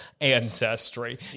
ancestry